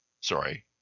Sorry